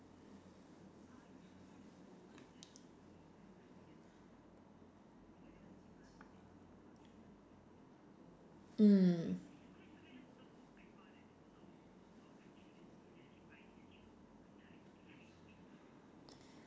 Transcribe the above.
mm